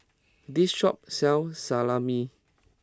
this shop sells Salami